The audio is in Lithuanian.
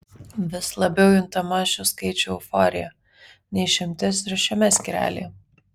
vis labiau juntama šių skaičių euforija ne išimtis ir šiame skyrelyje